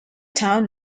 town